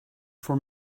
for